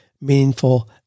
meaningful